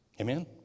Amen